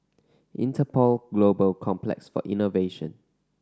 Interpol Global Complex for Innovation